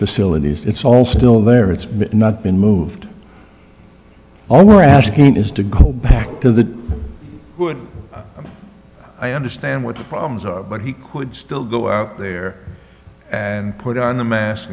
facilities it's all still there it's not been moved are asking is to go back to the wood i understand what the problems are but he could still go out there and put on